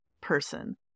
person